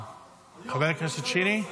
היום זה היארצייט שלו,